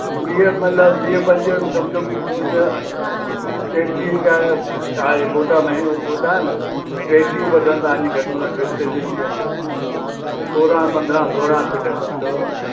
वीह मतलब वीह पंजुवीह सम्झो की उन में जेतरी बि आहे आहे बोटा में उहे बि वॾा आहिनि टेटीह परसेंट तव्हांजी घटि में घटि वेस्टेज वेंदी हली सो सोरहं पंद्रहं सोरहं फीट पई अथव